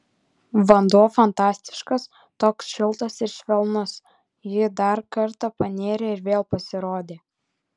vanduo fantastiškas toks šiltas ir švelnus ji dar kartą panėrė ir vėl pasirodė